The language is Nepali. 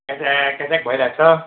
कक्र्याक क्रक्याक भइरहेको छ